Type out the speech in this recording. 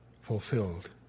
fulfilled